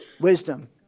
Wisdom